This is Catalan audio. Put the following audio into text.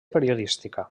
periodística